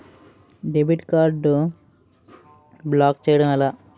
Debit card block చేయటం ఎలా?